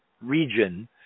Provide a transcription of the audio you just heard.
region